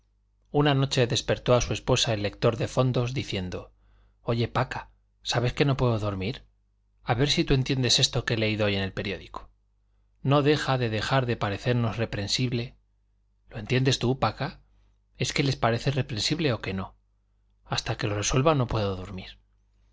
una noche despertó a su esposa el lector de fondos diciendo oye paca sabes que no puedo dormir a ver si tú entiendes esto que he leído hoy en el periódico no deja de dejar de parecernos reprensible lo entiendes tú paca es que les parece reprensible o que no hasta que lo resuelva no puedo dormir